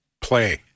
play